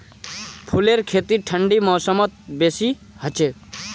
फूलेर खेती ठंडी मौसमत बेसी हछेक